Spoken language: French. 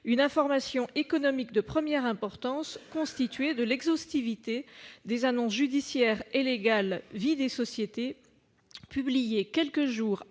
une information économique de première importance, constituée de l'intégralité des annonces judiciaires et légales relatives à la vie des sociétés, publiées quelques jours